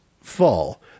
fall